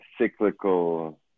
cyclical